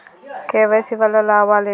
KYC వల్ల లాభాలు ఏంటివి?